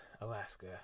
Alaska